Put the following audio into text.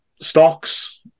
stocks